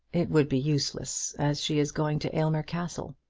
it would be useless, as she is going to aylmer castle.